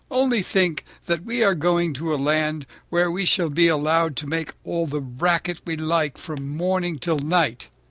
only think that we are going to a land where we shall be allowed to make all the racket we like from morning till night.